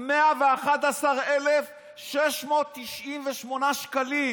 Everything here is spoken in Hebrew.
111,698 שקלים